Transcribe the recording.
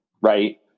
right